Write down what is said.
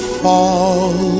fall